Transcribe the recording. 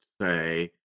say